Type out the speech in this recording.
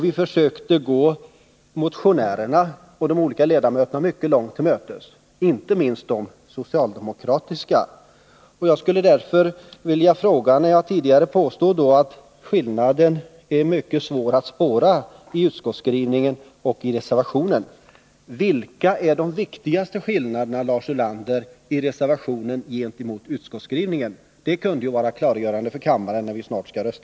Vi försökte gå motionärerna och de olika ledamöterna till mötes, inte minst de socialdemokratiska. Jag påstod tidigare att skillnaderna mellan utskottets skrivning och skrivningen i reservationen är mycket svåra att spåra och skulle nu vilja fråga: Vilka är de viktigaste skillnaderna, Lars Ulander, mellan utskottsmajoritetens skrivning och reservationen? Det kunde vara bra för kammarens ledamöter att få veta detta, eftersom vi snart skall rösta.